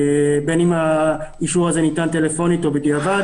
בין אם האישור הזה ניתן טלפונית או בדיעבד.